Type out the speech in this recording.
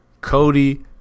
Cody